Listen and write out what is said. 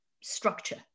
structure